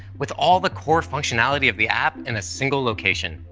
with all the core functionality of the app in a single location,